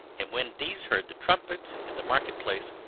and when these heard the trumpet in the market-place,